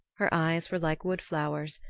her eyes were like woodflowers,